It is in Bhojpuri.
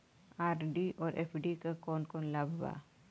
आर.डी और एफ.डी क कौन कौन लाभ बा?